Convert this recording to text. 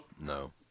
No